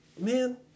Man